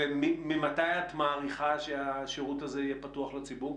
וממתי את מעריכה שהשירות הזה יהיה פתוח לציבור?